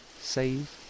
save